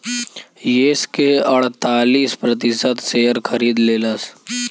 yes के अड़तालीस प्रतिशत शेअर खरीद लेलस